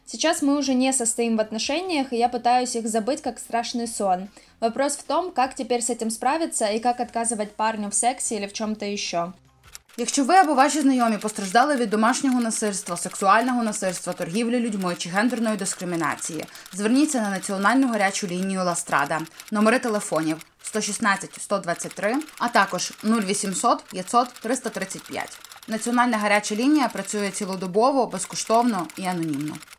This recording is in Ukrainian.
Зараз ми вже не состоїмо в відносинах, і я намагаюся їх забити, як страшний сон. Питання в тому, як тепер з цим справитися і як відмовити парню в сексі чи в чомусь ще. Якщо ви або ваші знайомі постраждали від домашнього насильства, сексуального насильства, торгівлі людьми чи гендерної дискримінації, зверніться на національну гарячу лінію «Ластрада». Номери телефонів 116 123 а також 0800 500 335. Національна гаряча лінія працює цілодобово, безкоштовно і анонімно.